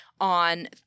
on